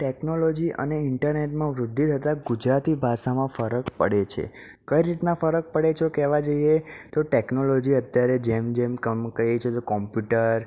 technology અને ઈન્ટરનેટમાં વૃદ્ધિ થતાં ગુજરાતી ભાષામાં ફરક પડે છે કઈ રીતના ફરક પડે જો કહેવા જઈએ તો ટેકનોલોજી અત્યારે જેમ જેમ કમ કહીએ છે તો કોમ્પ્યુટર